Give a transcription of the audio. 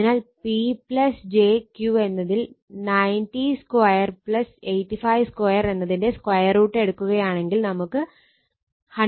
അതിനാൽ P j Q എന്നതിൽ 902 852 എന്നതിന്റെ സ്ക്വയർ റൂട്ട് എടുക്കുകയാണെങ്കിൽ നമുക്ക് 123